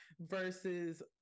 versus